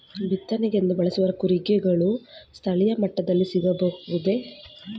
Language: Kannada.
ಬಿತ್ತನೆಗೆಂದು ಬಳಸುವ ಕೂರಿಗೆಗಳು ಸ್ಥಳೀಯ ಮಟ್ಟದಲ್ಲಿ ಸಿಗಬಹುದೇ?